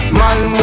man